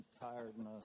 tiredness